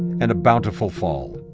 and a bountiful fall.